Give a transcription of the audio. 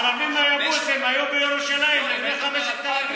הערבים היבוסים היו בירושלים לפני 5,000 שנה.